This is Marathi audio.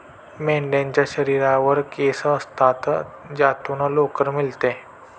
मेंढ्यांच्या शरीरावर केस असतात ज्यातून लोकर मिळते